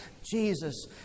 Jesus